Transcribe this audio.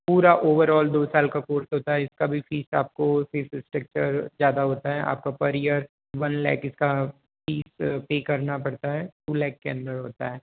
पूरा ओवरऑल दो साल का कोर्स होता है इसका भी फीस आपको फीस स्ट्रक्चर ज़्यादा होता है आपका पर ईयर वन लैख इसका फीस पे करना पड़ता है टू लैक के अन्दर होता है